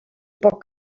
poc